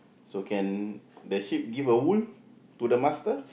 so can the sheep give a wool to the master